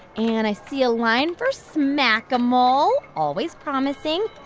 and i see a line for smack-a-mole always promising.